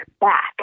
back